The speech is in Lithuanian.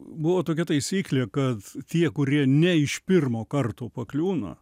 buvo tokia taisyklė kad tie kurie ne iš pirmo karto pakliūna